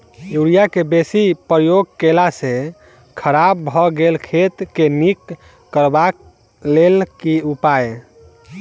Urea केँ बेसी प्रयोग केला सऽ खराब भऽ गेल खेत केँ नीक करबाक लेल की उपाय?